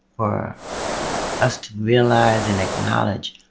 for us to realize and acknowledge,